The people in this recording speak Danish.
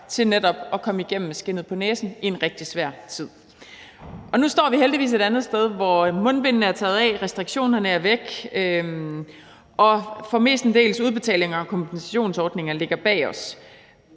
til netop at komme igennem med skindet på næsen i en rigtig svær tid. Nu står vi heldigvis et andet sted, hvor mundbindene er taget af, restriktionerne er væk, og udbetalingerne fra kompensationsordningerne mestendels